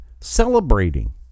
celebrating